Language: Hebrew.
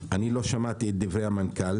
אני לא שמעתי את דברי המנכ"ל